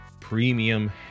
premium